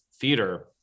theater